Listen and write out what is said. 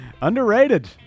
Underrated